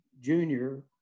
Junior